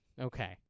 Okay